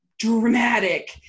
Dramatic